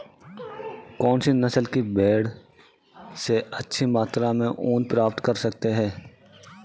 कौनसी नस्ल की भेड़ से अधिक मात्रा में ऊन प्राप्त कर सकते हैं?